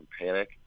panic